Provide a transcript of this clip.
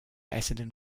essendon